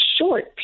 short